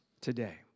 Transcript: today